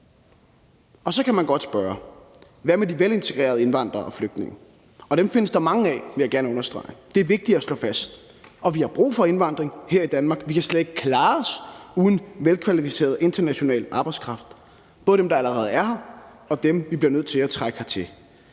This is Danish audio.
Så kan man godt spørge: Hvad med de velintegrerede indvandrere og flygtninge? Og dem findes der mange af, vil jeg gerne understrege. Det er vigtigt at slå fast, og vi har brug for indvandring her i Danmark. Vi kan slet ikke klare os uden velkvalificeret international arbejdskraft, det gælder både dem, der allerede er her, og dem, vi bliver nødt til at trække hertil.